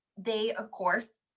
they of course,